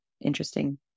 interesting